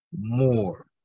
more